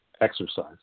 exercise